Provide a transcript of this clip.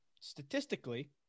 statistically